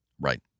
Right